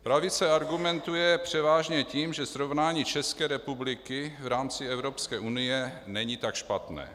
Pravice argumentuje převážně tím, že srovnání České republiky v rámci Evropské unie není tak špatné.